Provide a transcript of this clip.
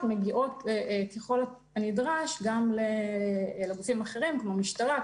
מגיעה ככל הנדרש גם לגופים אחרים כמו משטרה,